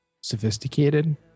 sophisticated